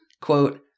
quote